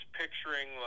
picturing